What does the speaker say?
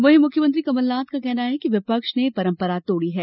वहीं मुख्यमंत्री कमलनाथ का कहना है कि विपक्ष ने परम्परा तोड़ी है